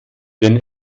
denn